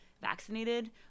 vaccinated